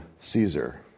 Caesar